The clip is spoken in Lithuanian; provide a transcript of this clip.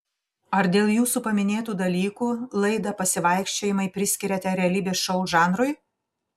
ar dėl jūsų paminėtų dalykų laidą pasivaikščiojimai priskiriate realybės šou žanrui